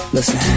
Listen